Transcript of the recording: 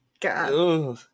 God